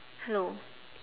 hello